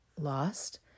lost